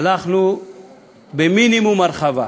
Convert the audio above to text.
הלכנו במינימום הרחבה.